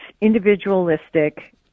individualistic